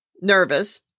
nervous